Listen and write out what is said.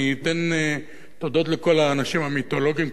אני אתן תודות לכל האנשים המיתולוגיים,